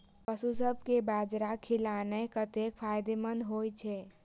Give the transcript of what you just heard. पशुसभ केँ बाजरा खिलानै कतेक फायदेमंद होइ छै?